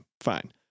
fine